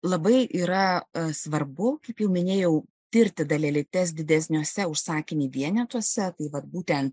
labai yra svarbu kaip jau minėjau tirti dalelytes didesniuose už sakinį vienetuose tai vat būtent